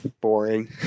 Boring